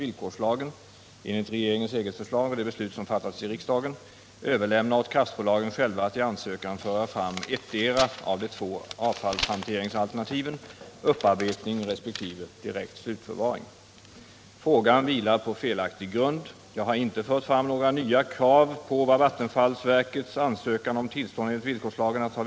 Villkorslagen ger här kraftföretagen två alternativ: upparbetning och slutförvaring av det högaktiva avfallet resp. direkt slutförvaring av det utbrända bränslet. När det gäller reaktorn Ringhals 3 har Vattenfall valt att redovisa avfallshanteringen enligt upparbetningsalternativet.